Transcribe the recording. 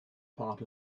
part